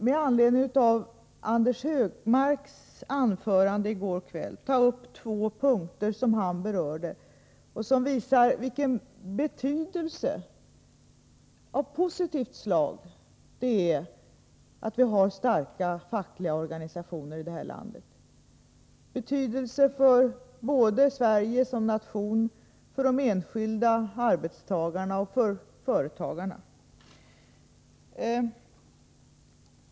Med anledning av Anders Högmarks anförande i går kväll skulle jag vilja ta upp två frågor som han berörde och som visar av vilken betydelse av positivt slag det är att vi här i landet har starka fackliga organisationer. Det är av betydelse såväl för Sverige som nation som för de enskilda arbetstagarna och för företagarna.